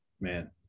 man